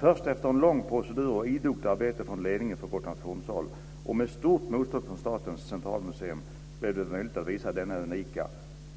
Först efter en lång procedur och idogt arbete från ledningen från Gotlands fornsal och med stort motstånd från statens centralmuseum blev det möjligt att visa den unika